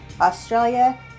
Australia